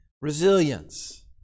resilience